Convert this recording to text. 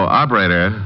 operator